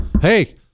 Hey